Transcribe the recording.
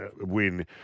win